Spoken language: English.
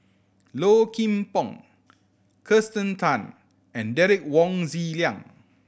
Low Kim Pong Kirsten Tan and Derek Wong Zi Liang